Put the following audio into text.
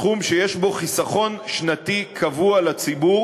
סכום שיש בו חיסכון שנתי קבוע לציבור